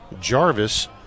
Jarvis